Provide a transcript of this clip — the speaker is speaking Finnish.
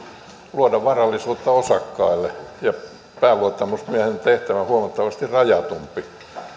luoda varallisuutta osakkaille ja pääluottamusmiehen tehtävä on huomattavasti rajatumpi